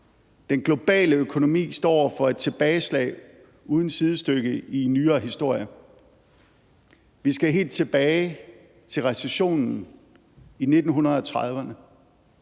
Den globale økonomi står over for et tilbageslag uden sidestykke i nyere historie. Vi skal helt tilbage til recessionen i 1930'erne.